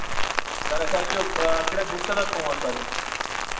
سر اَسہِ حظ چھُ بُک سیلرَس فون کَرُن